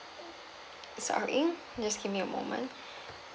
sorry just give me a moment